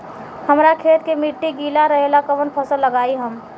हमरा खेत के मिट्टी गीला रहेला कवन फसल लगाई हम?